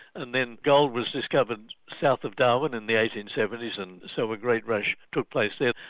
and then gold was discovered south of darwin in the eighteen seventy s and so a great rush took place there.